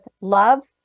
love